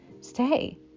stay